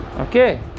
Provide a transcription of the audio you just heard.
okay